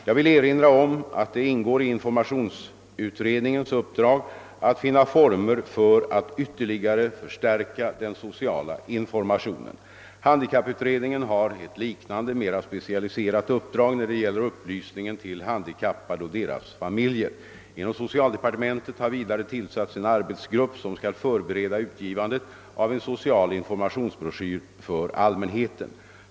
Jag vill erinra om att det ingår i informationsutredningens uppdrag att finna former för att ytterligare förstärka den sociala informationen. Handikapputredningen har ett liknande, mera specialiserat uppdrag när det gäller upplysningen till handikappade och deras familjer. Inom socialdepartementet har vidare tillsatts en arbetsgrupp som skall förbereda utgivandet av en social informationsbroschyr för allmänheten.